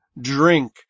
drink